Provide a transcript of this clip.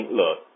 look